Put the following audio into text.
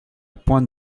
pointe